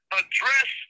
address